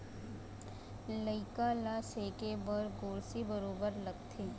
लइका ल सेके बर गोरसी बरोबर लगथे